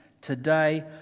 today